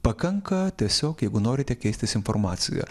pakanka tiesiog jeigu norite keistis informacija